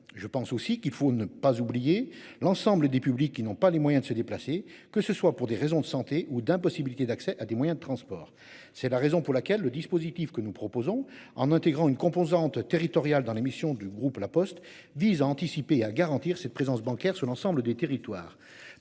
Je pense aussi qu'il faut ne pas oublier l'ensemble des publics qui n'ont pas les moyens de se déplacer, que ce soit pour des raisons de santé ou d'impossibilité d'accès à des moyens de transport. C'est la raison pour laquelle le dispositif que nous proposons en intégrant une composante territoriale dans l'émission du groupe La Poste 10 à anticiper et à garantir cette présence bancaire sur l'ensemble du territoire.